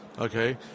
Okay